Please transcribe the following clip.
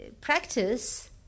Practice